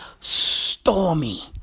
Stormy